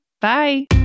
Bye